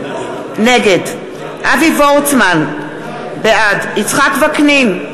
נגד אבי וורצמן, בעד יצחק וקנין,